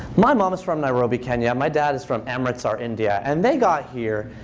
my mom is from nairobi, kenya. my dad is from amritsar, india. and they got here